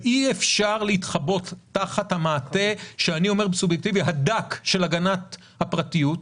אי אפשר להתחבא תחת המעטה הדק של הגנת הפרטיות,